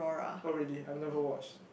oh really I never watch